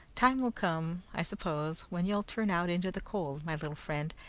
time will come, i suppose, when you ll turn out into the cold, my little friend,